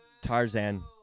Tarzan